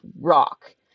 rock